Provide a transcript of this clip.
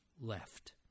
left